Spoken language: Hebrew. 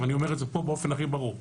ואני אומר את זה פה באופן הכי ברור.